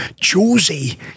Josie